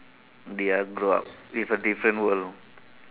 they are grow up with a different world